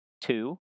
two